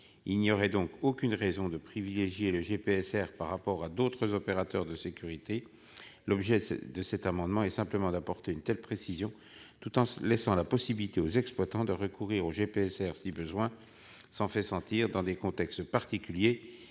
Il n'y aurait donc aucune raison de privilégier le GPSR par rapport à d'autres opérateurs de sécurité. Cet amendement a simplement pour objet d'apporter cette précision, tout en laissant la possibilité aux exploitants de recourir au GPSR si le besoin s'en fait sentir dans certains contextes particuliers